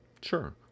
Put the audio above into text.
Sure